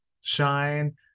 shine